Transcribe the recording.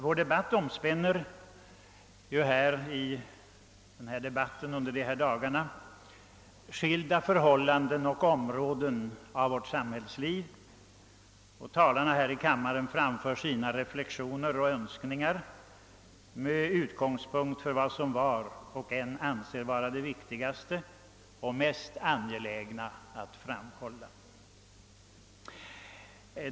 Vår debatt omspänner under dessa dagar skilda förhållanden och skilda områden av vårt samhällsliv, och talarna här i kammaren framför sina reflexioner och önskningar med utgångspunkt från vad var och en anser vara det viktigaste och mest angelägna att framhålla.